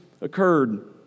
occurred